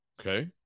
Okay